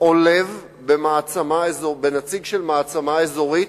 עולב בנציג של מעצמה אזורית,